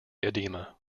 edema